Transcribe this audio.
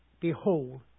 Behold